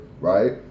right